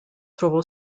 trovò